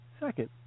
Second